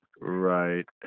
right